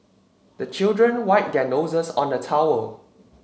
the children wipe their noses on the towel